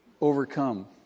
Overcome